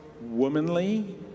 womanly